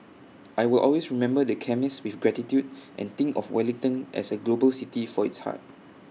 I will always remember the chemist with gratitude and think of Wellington as A global city for its heart